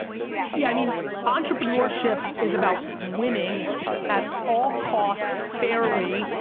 yeah yeah i mean entrepreneurship is about winning at all costs, fairly,